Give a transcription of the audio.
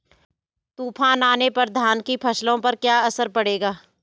तूफान आने पर धान की फसलों पर क्या असर पड़ेगा?